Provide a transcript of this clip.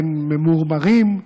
אין ממורמרים,